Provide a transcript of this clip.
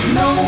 no